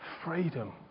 Freedom